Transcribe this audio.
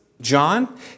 John